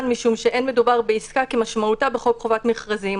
משום שאין מדובר בעסקה כמשמעותה בחוק חובת מכרזים.